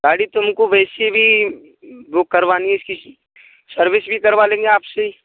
गाड़ी तो हमको वैसे भी बुक करवानी थी सर्विस भी करावा लेंगे आपसे ही